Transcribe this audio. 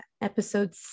Episode